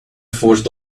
forced